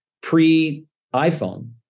pre-iPhone